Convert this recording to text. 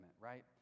right